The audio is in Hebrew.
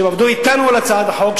הם עבדו אתנו על הצעת החוק,